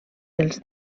els